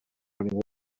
running